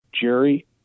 Jerry